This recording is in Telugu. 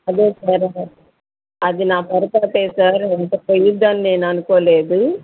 అదే సార్ అది నా పొరపాటే సార్ ఇంత పోతుంది అని నేను అనుకోలేదు